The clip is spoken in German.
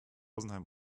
rosenheim